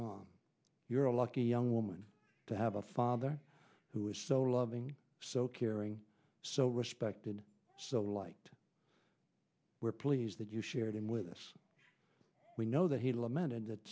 mom you're a lucky young woman to have a father who is so loving so caring so respected so liked we're pleased that you shared him with us we know that he lamented that